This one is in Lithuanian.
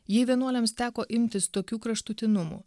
jei vienuoliams teko imtis tokių kraštutinumų